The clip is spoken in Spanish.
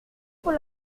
por